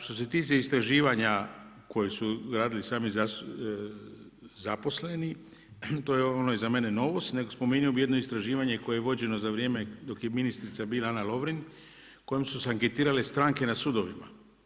Što se tiče istraživanja koje su radili sami zaposleni, to je za mene novost, nego spominjao bi jedno istraživanje koje je vođenje, za vrijeme dok je ministrica bila Ana Lovrin, kojem su se anketirale stranke na sudovima.